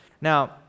Now